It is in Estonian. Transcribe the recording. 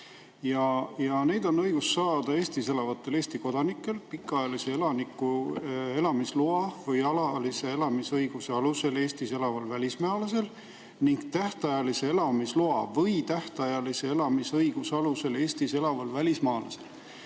Neid on õigus saada Eestis elavatel Eesti kodanikel, pikaajalise elaniku elamisloa või alalise elamisõiguse alusel Eestis elaval välismaalasel ning tähtajalise elamisloa või tähtajalise elamisõiguse alusel Eestis elaval välismaalasel.